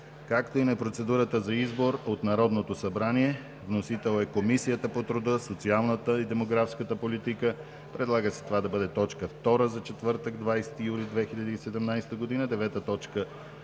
както и на процедурата за избор от Народното събрание. Вносител е Комисията по труда, социалната и демографска политика. Предлага се това да бъде точка втора за четвъртък, 20 юли 2017 г. 9.